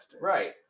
Right